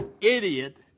idiot